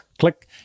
Click